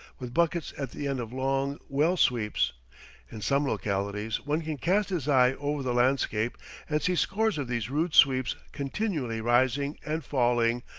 with buckets at the end of long well-sweeps in some localities one can cast his eye over the landscape and see scores of these rude sweeps continually rising and falling,